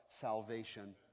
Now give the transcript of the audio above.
salvation